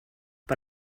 but